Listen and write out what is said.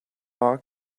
one